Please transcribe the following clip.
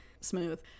smooth